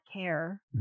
care